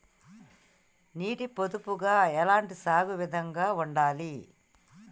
నీటి పొదుపుగా ఎలాంటి సాగు విధంగా ఉండాలి?